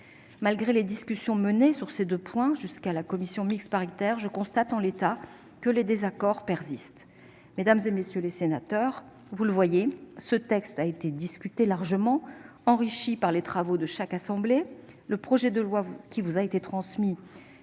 Malgré les discussions menées sur ces deux points jusqu'à la commission mixte paritaire, je constate en l'état que les désaccords persistent. Mesdames, messieurs les sénateurs, vous le voyez, ce texte a été discuté largement et enrichi par les travaux de chaque assemblée. Le projet de loi qui vous a été transmis